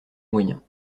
moyens